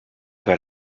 vers